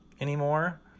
anymore